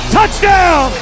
Touchdown